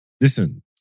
Listen